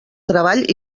treball